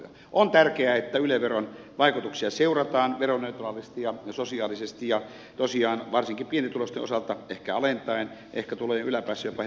on tärkeää että yle veron vaikutuksia seurataan veroneutraalisti ja sosiaalisesti ja tosiaan varsinkin pienituloisten osalta ehkä alentaen ehkä tulojen yläpäässä jopa hieman korottaen